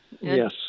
Yes